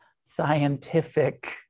scientific